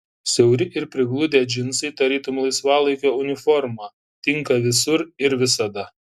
siauri ir prigludę džinsai tarytum laisvalaikio uniforma tinka visur ir visada